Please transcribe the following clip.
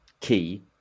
key